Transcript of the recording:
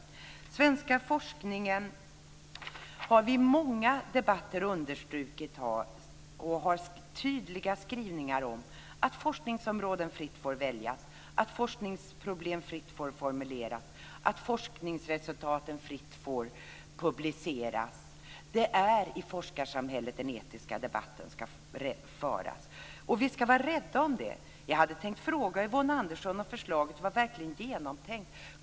För den svenska forskningen har vi i många tidigare debatter understrukit och haft tydliga skrivningar om att forskningsområden får fritt väljas, att forskningsproblem fritt får formuleras, att forskningsresultat fritt får publiceras. Det är i forskarsamhället den etiska debatten ska föras. Det ska vi vara rädda om. Jag hade tänkt fråga Yvonne Andersson om förslaget verkligen var genomtänkt.